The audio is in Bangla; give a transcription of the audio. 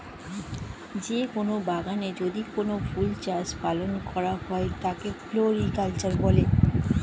যে কোন বাগানে যদি কোনো ফুল চাষ ও পালন করা হয় তাকে ফ্লোরিকালচার বলে